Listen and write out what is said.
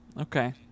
okay